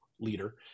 leader